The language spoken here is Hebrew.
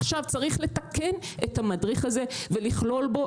עכשיו צריך לתקן את המדריך הזה ולכלול בו